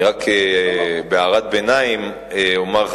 אני רק בהערת ביניים אומר,